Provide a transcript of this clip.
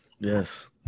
Yes